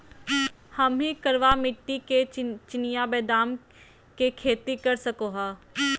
हम की करका मिट्टी में चिनिया बेदाम के खेती कर सको है?